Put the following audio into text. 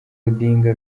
odinga